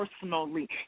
personally